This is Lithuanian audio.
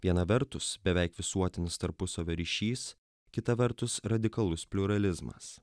viena vertus beveik visuotinis tarpusavio ryšys kita vertus radikalus pliuralizmas